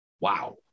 wow